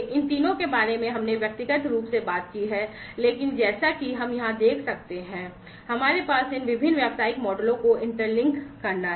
इन तीनों के बारे में हमने व्यक्तिगत रूप से बात की है लेकिन जैसा कि हम यहां देख सकते हैं कि हमे इन विभिन्न व्यावसायिक मॉडलों को इंटरलिंक करना है